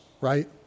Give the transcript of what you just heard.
right